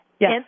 Yes